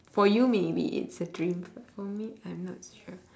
for you maybe it's a dream for me I'm not sure